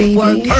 work